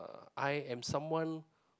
I am someone